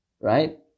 right